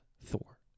Thor